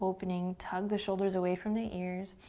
opening. tug the shoulders away from the ears.